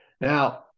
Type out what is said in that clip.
Now